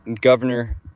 Governor